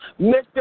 Mr